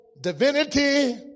divinity